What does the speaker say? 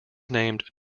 named